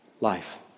Life